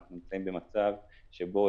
אנחנו נמצאים במצב שבו,